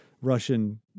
Russian